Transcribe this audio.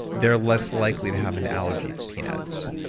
they're less likely to have an allergy to peanuts.